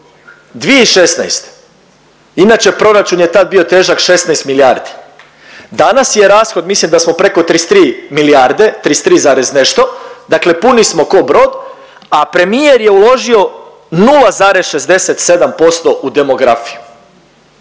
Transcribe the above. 2016., inače proračun je tad bio težak 16 milijardi. Danas je rashod, mislim da smo preko 33 milijarde, 33 zarez nešto, dakle puni smo ko brod, a premijer je uložio 0,67% u demografiju